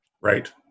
Right